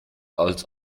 als